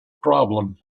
problem